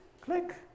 click